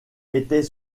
était